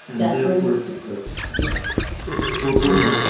that's where we need to put yes four point one.